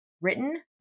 written